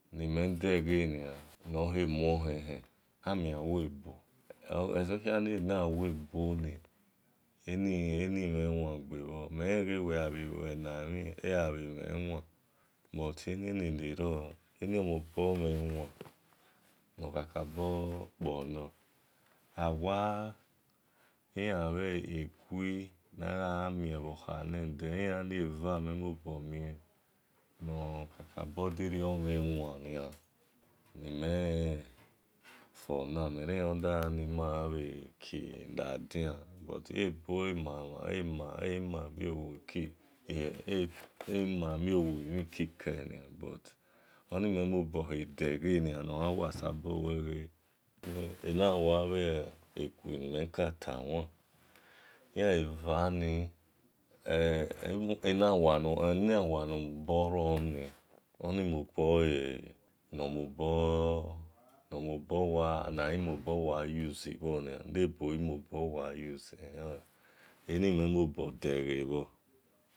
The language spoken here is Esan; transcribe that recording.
Amiawebo nemhenwe especially o-ghebonoroni mhelenlen uweghelue-ena-emhin ebhe guor awa bhi egui mhen mobor mien nor kaka omhenwan mhelen lenle ebo osabor mae emiowo emhen ena wa bhe ene gui ehn yan even ni enawani mhen mobo deghe bhor